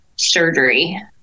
surgery